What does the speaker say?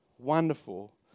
wonderful